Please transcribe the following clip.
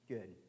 Good